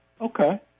Okay